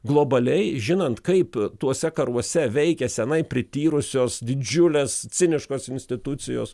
globaliai žinant kaip tuose karuose veikia seniai prityrusios didžiulės ciniškos institucijos